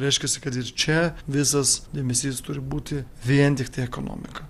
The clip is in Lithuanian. reiškiasi kad ir čia visas dėmesys turi būti vien tiktai ekonomika